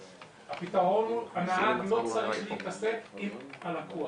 הנהג לא צריך להתעסק עם הלקוח.